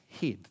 head